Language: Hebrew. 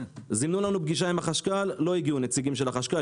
זימנו לנו פגישה עם החשכ"ל - לא הגיעו נציגים של החשכ"ל.